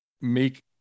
make